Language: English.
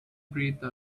breathe